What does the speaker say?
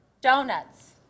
Donuts